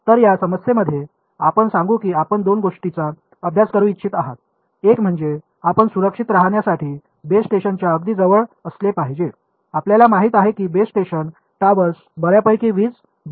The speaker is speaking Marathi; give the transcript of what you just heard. तर या समस्येमध्ये आपण सांगू की आपण दोन गोष्टींचा अभ्यास करू इच्छित आहात एक म्हणजे आपण सुरक्षित रहाण्यासाठी बेस स्टेशनच्या अगदी जवळ असले पाहिजे आपल्याला माहिती आहे की बेस स्टेशन टॉवर्स बर्यापैकी वीज बाहेर पुरवतात